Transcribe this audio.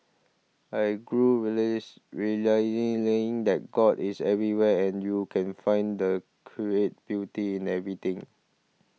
I grew release realising that God is everywhere and you can find and create beauty in everything